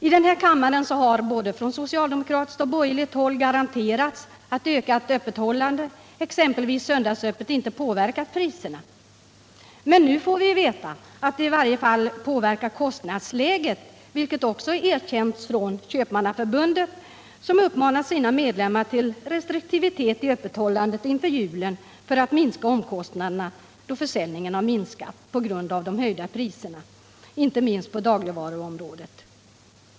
I denna kammare har från både socialdemokratiskt och borgerligt håll garanterats att ökat öp pethållande, exempelvis söndagsöppet, inte påverkar priserna. Men nu får vi veta att det i varje fall påverkar kostnadsläget, vilket också erkänts från Köpmannaförbundet, som uppmanat sina medlemmar till restriktivitet i öppethållandet inför julen för att minska omkostnaderna, då försäljningen har minskat på grund av de höjda priserna, inte minst på dagligvaruområdet.